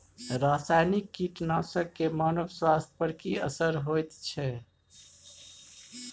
रसायनिक कीटनासक के मानव स्वास्थ्य पर की असर होयत छै?